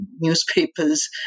newspapers